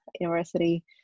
University